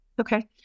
Okay